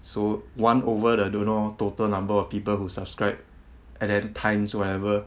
so one over the don't know total number of people who subscribed and then times whatever